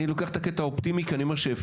אני לוקח את הקטע האופטימי כי אני אומר שאפשר,